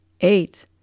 eight